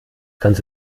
kannst